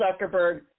Zuckerberg